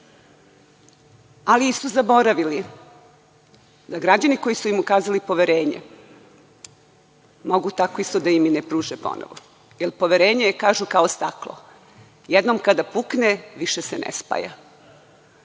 Ali su zaboravili da građani koji su im ukazali poverenje mogu tako isto i da im ne pruže ponovo, jer poverenje je kažu kao staklo, jednom kada pukne, više se ne spaja. Čula